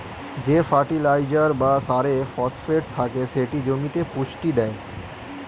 যে ফার্টিলাইজার বা সারে ফসফেট থাকে সেটি জমিতে পুষ্টি দেয়